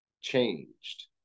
changed